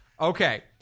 Okay